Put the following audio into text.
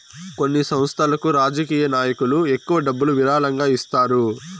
కొన్ని సంస్థలకు రాజకీయ నాయకులు ఎక్కువ డబ్బులు విరాళంగా ఇస్తారు